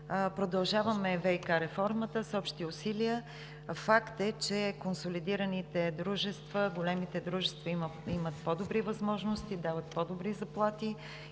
Продължаваме ВиК реформата с общи усилия. Факт е, че консолидираните дружества, големите дружества имат по-добри възможности, дават по-добри заплати